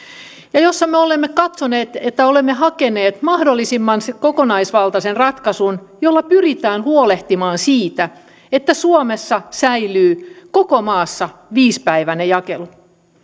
ja jossa me olemme katsoneet että olemme hakeneet mahdollisimman kokonaisvaltaisen ratkaisun jolla pyritään huolehtimaan siitä että suomessa säilyy koko maassa viisipäiväinen jakelu